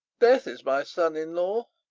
death is my son-in-law,